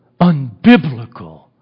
unbiblical